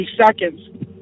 seconds